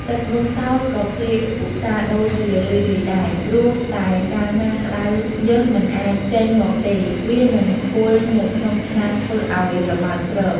ទឹកនោះសោតក៏គេឧស្សាហ៍ដូរជារឿយៗដែរ ព្រោះតែកាលណាក្តៅញើសមិនអាចចេញមកទេ វានឹងខ្ពុលនៅក្នុងឆ្នាំងធ្វើឲ្យរបើកគ្រប។